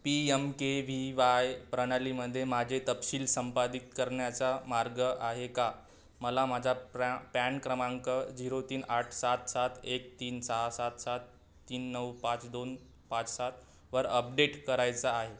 P M K V Y प्रणालीमध्ये माझे तपशील संपादित करण्याचा मार्ग आहे का मला माझा प्रा पॅन क्रमांक झिरो तीन आठ सात सात एक तीन सहा सात सात तीन नऊ पाच दोन पाच सात वर अपडेट करायचा आहे